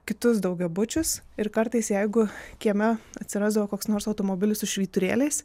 kitus daugiabučius ir kartais jeigu kieme atsirasdavo koks nors automobilis su švyturėliais